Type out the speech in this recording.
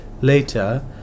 later